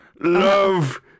Love